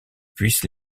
puisse